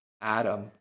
Adam